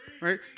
Right